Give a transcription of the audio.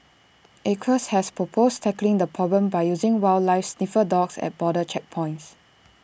acres has proposed tackling the problem by using wildlife sniffer dogs at border checkpoints